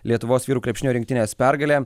lietuvos vyrų krepšinio rinktinės pergalė